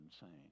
insane